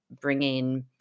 bringing